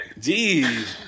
Jeez